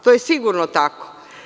To je sigurno tako.